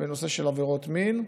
בנושא של עבירות מין,